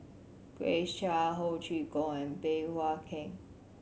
Grace Chia Ho Chee Kong and Bey Hua Heng